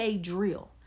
Drill